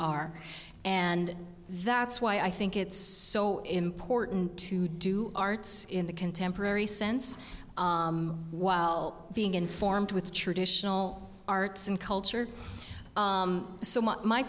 are and that's why i think it's so important to do arts in the contemporary sense while being informed with traditional arts and culture so m